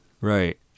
Right